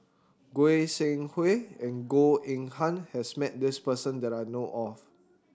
Goi Seng Hui and Goh Eng Han has met this person that I know of